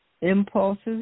impulses